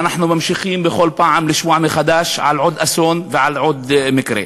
ואנחנו ממשיכים בכל פעם לשמוע מחדש על עוד אסון ועל עוד מקרה.